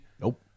Nope